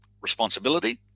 responsibility